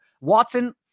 Watson